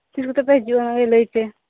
ᱛᱤᱥ ᱠᱚᱛᱮᱯᱮ ᱦᱤᱡᱩᱜᱼᱟ ᱚᱱᱟᱜᱤ ᱞᱟᱹᱭᱯᱮ